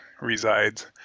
resides